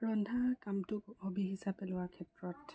ৰন্ধা কামটো হবি হিচাপে লোৱাৰ ক্ষেত্ৰত